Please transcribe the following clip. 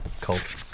Cult